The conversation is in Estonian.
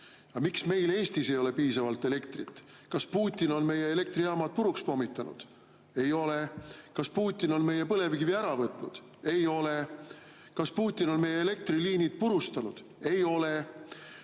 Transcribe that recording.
miks meil Eestis ei ole piisavalt elektrit? Kas Putin on meie elektrijaamad puruks pommitanud? Ei ole. Kas Putin on meie põlevkivi ära võtnud? Ei ole. Kas Putin on meie elektriliinid purustanud? Ei ole.